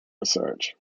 research